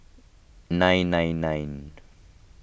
nine nine nine